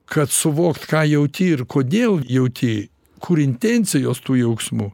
kad suvokt ką jauti ir kodėl jauti kur intencijos tų jausmų